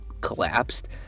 collapsed